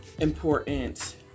important